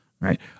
Right